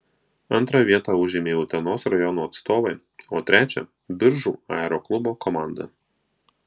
antrą vietą užėmė utenos rajono atstovai o trečią biržų aeroklubo komanda